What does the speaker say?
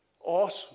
awesome